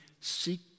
seek